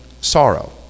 sorrow